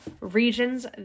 regions